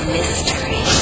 Mystery